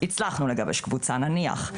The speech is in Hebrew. הצלחנו לגבש קבוצה נניח,